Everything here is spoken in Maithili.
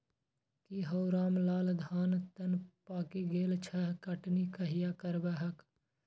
की हौ रामलाल, धान तं पाकि गेल छह, कटनी कहिया करबहक?